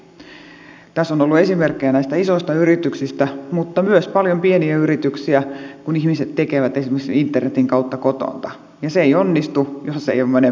tässä on ollut esimerkkejä näistä isoista yrityksistä mutta on myös paljon pieniä yrityksiä kun ihmiset tekevät esimerkiksi internetin kautta kotoa ja se ei onnistu jos ei ole moneen päivään sähköä